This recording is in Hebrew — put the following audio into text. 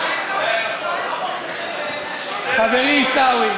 חברי עיסאווי,